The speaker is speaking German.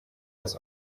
das